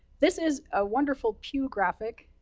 this is a wonderful pew graphic,